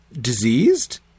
diseased